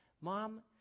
Mom